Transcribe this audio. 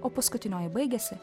o paskutinioji baigiasi